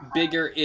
bigger